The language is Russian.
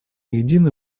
едины